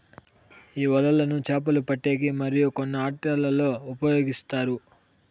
ఈ వలలను చాపలు పట్టేకి మరియు కొన్ని ఆటలల్లో ఉపయోగిస్తారు